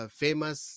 famous